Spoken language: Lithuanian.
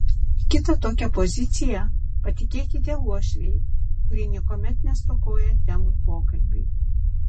kitą tokią poziciją patikėkite uošvei kuri niekuomet nestokoja temų pokalbiui